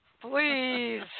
Please